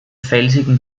felsigen